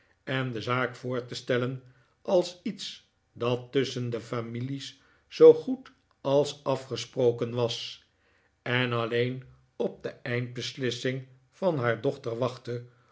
en de zaak voor te stellen als iets dat tusschen de families zoo goed als afgesproken was en alleen op de eindbeslissing van haar dochter wachtte